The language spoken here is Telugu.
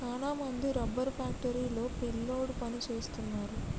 సాన మంది రబ్బరు ఫ్యాక్టరీ లో పిల్లోడు పని సేస్తున్నారు